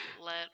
let